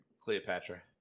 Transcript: Cleopatra